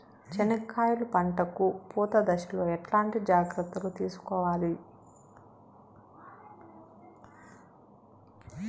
చెనక్కాయలు పంట కు పూత దశలో ఎట్లాంటి జాగ్రత్తలు తీసుకోవాలి?